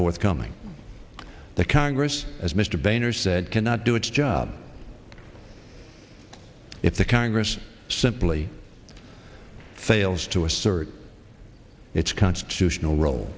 forthcoming that congress as mr boehner said cannot do its job if the congress simply fails to assert its constitutional rol